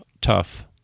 tough